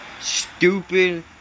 Stupid